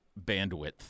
bandwidth